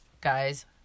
Guys